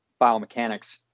biomechanics